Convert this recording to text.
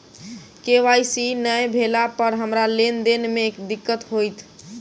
KYC नै भेला पर हमरा लेन देन मे दिक्कत होइत?